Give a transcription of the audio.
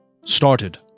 started